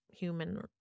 Human